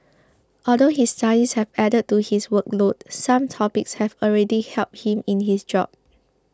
although his studies have added to his workload some topics have already helped him in his job